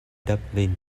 dublin